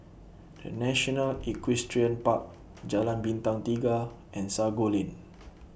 The National Equestrian Park Jalan Bintang Tiga and Sago Lane